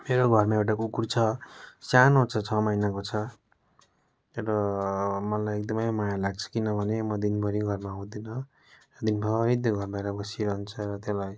मेरो घरमा एउटा कुकुर छ सानो छ छ महिनाको छ र मलाई एकदमै माया लाग्छ किनभने म दिनभरि घरमा हुँदिनँ दिनभरि त्यो घर बाहिर बसिरहन्छ र त्यसलाई